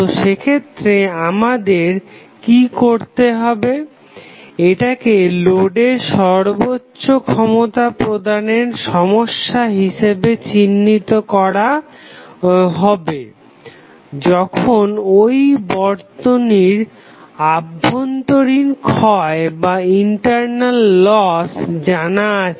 তো সেক্ষেত্রে আমাদের কি করতে হবে এটাকে লোডে সর্বোচ্চ ক্ষমতা প্রদানের সমস্যা হিসাবে চিহ্নিত করতে হবে যখন ঐ বর্তনীর অভ্যন্তরীণ ক্ষয় জানা আছে